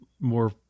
more